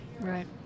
Right